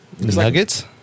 Nuggets